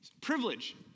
Privilege